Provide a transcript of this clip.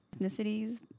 ethnicities